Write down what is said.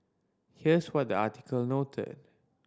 here's what the article noted